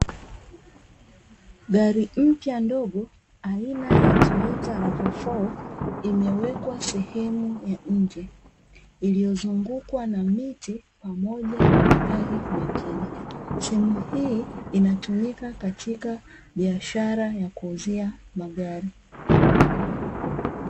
Gari mpya ndogo aina ya "Toyota Rava foo", imewekwa sehemu ya nje, iliyozungukwa na miti pamoja na magari mengine. Sehemu hii inatumika katika biashara ya kuuzia magari.